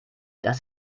dass